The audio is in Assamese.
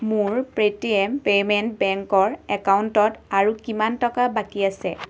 মোৰ পে' টি এম পেমেণ্ট বেংকৰ একাউণ্টত আৰু কিমান টকা বাকী আছে